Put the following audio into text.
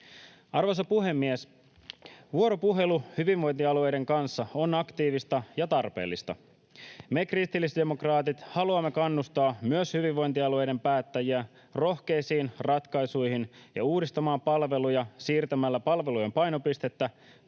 Arvoisa puhemies! Vuoropuhelu hyvinvointialueiden kanssa on aktiivista ja tarpeellista. Me kristillisdemokraatit haluamme kannustaa myös hyvinvointialueiden päättäjiä rohkeisiin ratkaisuihin ja uudistamaan palveluja siirtämällä palvelujen painopistettä